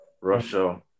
Russia